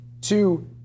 Two